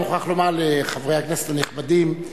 אני מוכרח לומר לחברי הכנסת הנכבדים,